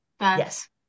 yes